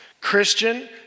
Christian